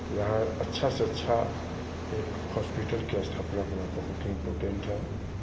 यहाँ अच्छा से अच्छा एक हॉस्पिटल की स्थापना होना बहुत ही इम्पोर्टेन्ट है